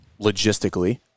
logistically